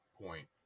point